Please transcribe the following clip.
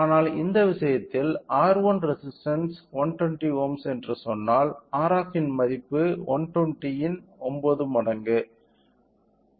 ஆனால் இந்த விஷயத்தில் R1 ரெசிஸ்டன்ஸ் 120 ohms என்று சொன்னால் Rf இன் மதிப்பு 120 இன் 9 மடங்கு